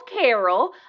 Carol